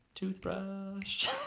toothbrush